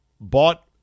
bought